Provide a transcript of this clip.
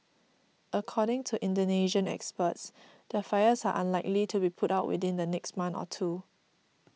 according to Indonesian experts the fires are unlikely to be put out within the next month or two